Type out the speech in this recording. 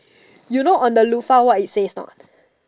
you know on the loaf what it says is not